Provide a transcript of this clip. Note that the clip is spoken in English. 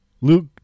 Luke